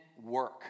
work